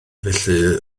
felly